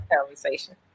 conversation